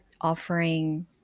offering